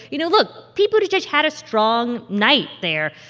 you know, look. pete buttigieg had a strong night there.